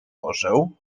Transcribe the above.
orzeł